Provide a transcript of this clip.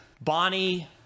Bonnie